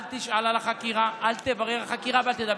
אל תשאל על החקירה, אל תברר על החקירה ואל תדבר.